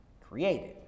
created